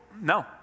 No